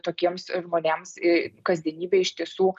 tokiems žmonėms į kasdienybę iš tiesų